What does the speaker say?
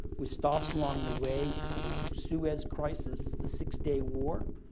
with stops along the way for the suez crisis, the six-day war,